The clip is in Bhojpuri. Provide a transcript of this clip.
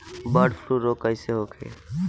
बर्ड फ्लू रोग कईसे होखे?